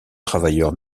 travailleurs